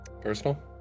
Personal